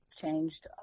changed